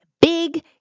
big